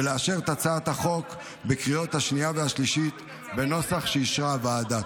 ולאשר את הצעת החוק בקריאה השנייה והשלישית בנוסח שאישרה הוועדה.